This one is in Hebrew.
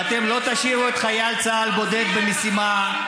ואתם לא תשאירו את חייל צה"ל בודד במשימה.